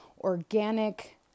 organic